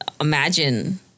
imagine